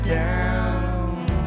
down